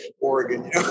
Oregon